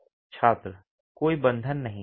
छात्र कोई बंधन नहीं है